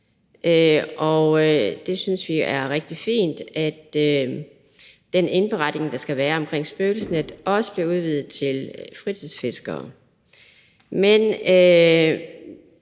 og vi synes, det er rigtig fint, at den indberetning, der skal være omkring spøgelsesnet, også bliver udvidet til fritidsfiskere.